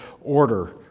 order